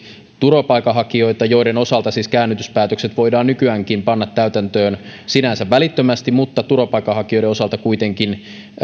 turvapaikanhakijoita joiden osalta siis käännytyspäätökset voidaan nykyäänkin panna täytäntöön sinänsä välittömästi turvapaikanhakijoiden osalta kuitenkin eun